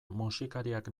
musikariak